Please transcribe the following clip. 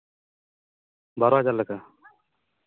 ᱵᱟᱨᱚ ᱦᱟᱡᱟᱨ ᱞᱮᱠᱟ